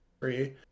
three